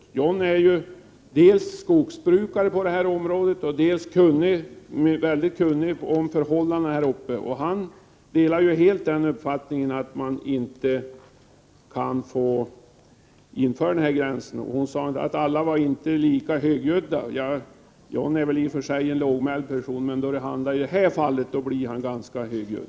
John Andersson är ju dels skogsbrukare i detta område, dels kunnig om förhållandena här uppe. Han delar ju helt den uppfattningen att man inte bör införa den här gränsen. Maggi Mikaelsson sade att alla inte var lika högljudda. John Andersson är i och för sig lågmäld, men då det handlar om dessa frågor blir han ganska högljudd.